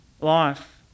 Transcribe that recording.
life